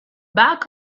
back